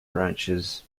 branches